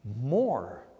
more